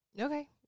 Okay